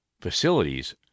facilities